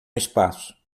espaço